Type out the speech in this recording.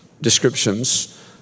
descriptions